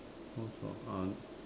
knows about an~